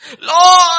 Lord